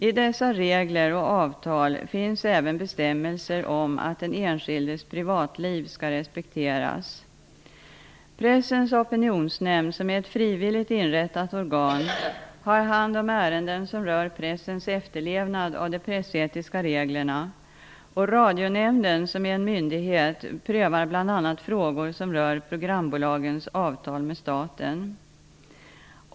I dessa regler och avtal finns även bestämmelser om att den enskildes privatliv skall respekteras. Pressens opinionsnämnd, som är ett frivilligt inrättat organ, har hand om ärenden som rör pressens efterlevnad av de pressetiska reglerna, och Radionämnden, som är en myndighet, prövar bl.a. frågor som rör programbolagens avtal med staten.